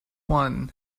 one